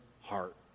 heart